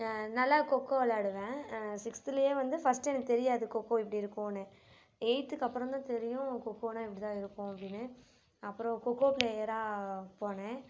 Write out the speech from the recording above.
நல்லா கொக்கோ விளாடுவேன் சிக்ஸ்த்துலையே வந்து ஃபஸ்ட்டு எனக்கு தெரியாது கொக்கோ இப்படி இருக்குதுன்னு எயித்துக்கு அப்புறம் தான் தெரியும் கொக்கோன்னா இப்படி தான் இருக்கும் அப்படின்னு அப்பறம் கொக்கோ பிளேயராக போனேன்